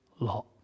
lot